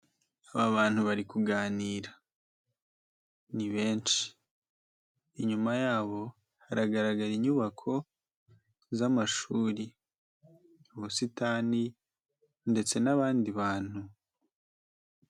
Aba bantu bari kuganira ni benshi, inyuma yabo haragaragara inyubako z'amashuri, ubusitani ndetse n'abandi bantu.